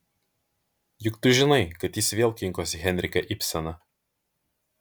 juk tu žinai kad jis vėl kinkosi henriką ibseną